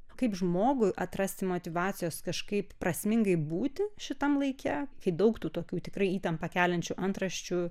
kaip žmogui atrasti motyvacijos kažkaip prasmingai būti šitam laike kai daug tų tokių tikrai įtampą keliančių antraščių